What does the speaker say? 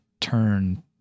turn